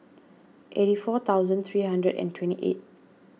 eighty four thousand three hundred and twenty eight